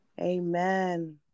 Amen